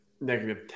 negative